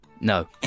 No